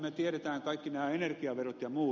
me tiedämme kaikki nämä energiaverot ja muut